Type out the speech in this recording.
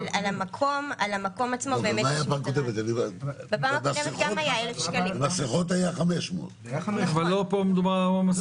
על המקום עצמו --- לא, גם מה היה פעם קודמת?